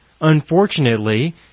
Unfortunately